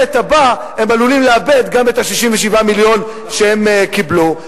הבא הם עלולים לאבד גם את 67 המיליון שהם קיבלו.